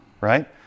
right